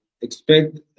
expect